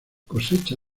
cosecha